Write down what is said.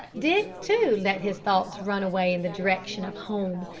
dick, too, let his thoughts run away in the direction of home.